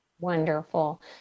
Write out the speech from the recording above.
Wonderful